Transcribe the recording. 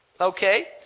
Okay